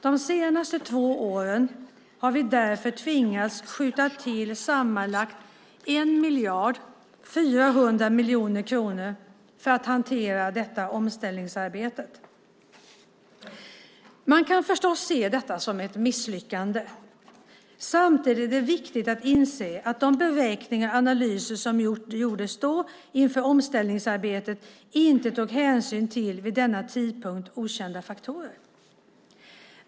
De senaste två åren har vi därför tvingats skjuta till sammanlagt 1 400 miljoner kronor för att hantera omställningsarbetet. Man kan förstås se detta som ett misslyckande. Samtidigt är det viktigt att inse att de beräkningar och analyser som gjordes då - inför omställningsarbetet - inte tog hänsyn till vid denna tidpunkt okända faktorer.